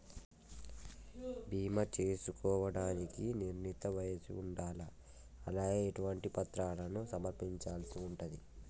బీమా చేసుకోవడానికి నిర్ణీత వయస్సు ఉండాలా? అలాగే ఎటువంటి పత్రాలను సమర్పించాల్సి ఉంటది?